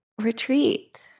retreat